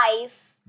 life